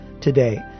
today